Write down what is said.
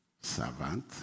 servant